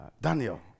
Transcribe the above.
Daniel